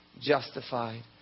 justified